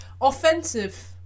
Offensive